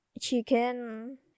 chicken